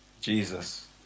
Jesus